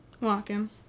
walking